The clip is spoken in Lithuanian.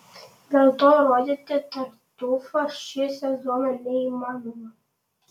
dėl to rodyti tartiufą šį sezoną neįmanoma